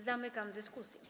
Zamykam dyskusję.